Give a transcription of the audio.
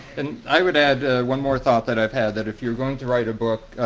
and i would add one more thought that i've had, that if you're going to write a book,